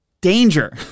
Danger